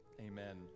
Amen